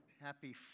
Happy